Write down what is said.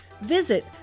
visit